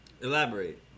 Elaborate